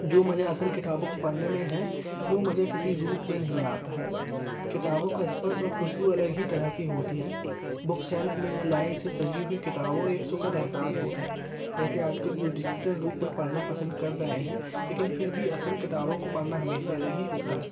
जो मज़ा असल किताबों को पढ़ने में है वह मज़ा किसी रूप में नहीं आता हैगा किताबों का स्पर्श और खुशबू अलग ही तरह की होती हैं बुक सेल्फ में लाइन से सजी हुई किताबों एक सुखद एहसास होता है वैसे आजकल जो डिज़िटल रूप में पढ़ना पसंद कर रहे हैं लेकिन फिर भी असल किताबों को पढ़ना हमेशा अलग ही होता है